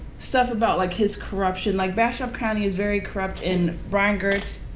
stuff about, like, his corruption. like, bastrop county is very corrupt. and brian gertz,